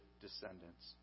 Descendants